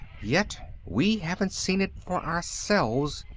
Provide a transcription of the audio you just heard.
yet we haven't seen it for ourselves,